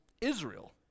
Israel